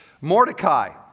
Mordecai